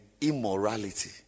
immorality